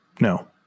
No